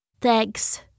Thanks